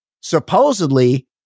Supposedly